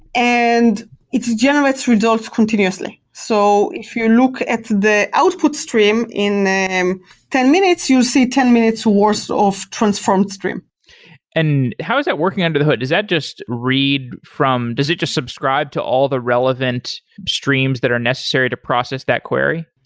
and it's generated continuously. so if you look at the output stream in ten minutes, you'll see ten minutes worth of transformed stream and how is that working under the hood? is that just read from does it just subscribe to all the relevant streams that are necessary to process that query?